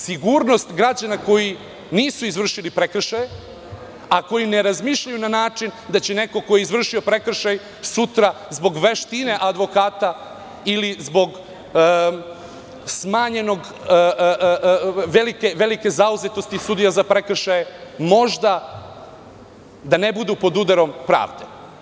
Sigurnost građana koji nisu izvršili prekršaje, a koji ne razmišljaju na način da neko ko je izvršio prekršaj, sutra zbog veštine advokata ili zbog velike zauzetosti sudije za prekršaje, možda ne bude pod udarom pravde.